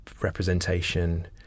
representation